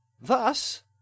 Thus